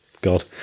God